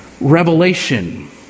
revelation